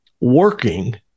working